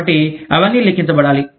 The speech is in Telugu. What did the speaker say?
కాబట్టి అవన్నీ లెక్కించబడాలి